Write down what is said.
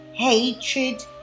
hatred